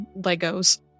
Legos